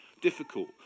difficult